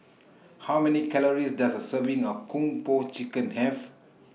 How Many Calories Does A Serving of Kung Po Chicken Have